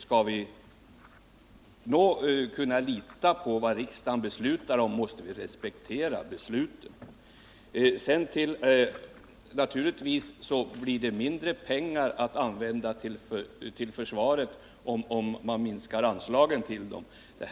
Skall vi kunna lita på vad riksdagen beslutar måste vi respektera besluten. Det blir naturligtvis mindre pengar till försvaret om man minskar anslagen till försvaret.